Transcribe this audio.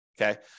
okay